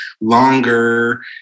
longer